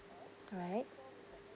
right